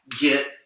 get